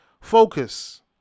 Focus